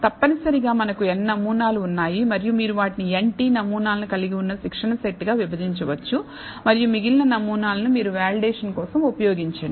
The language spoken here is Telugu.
తప్పనిసరిగా మనకు n నమూనాలు ఉన్నాయి మరియు మీరు దానిని n t నమూనాలను కలిగి ఉన్న శిక్షణ సెట్ గా విభజించవచ్చు మరియు మిగిలిన నమూనాలను మీరు వాలిడేషన్ కోసం ఉపయోగించండి